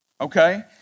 Okay